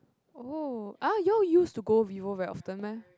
oh !ah! you all used to go Vivo very often meh